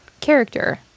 character